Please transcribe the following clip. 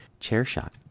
ChairShot